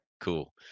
cool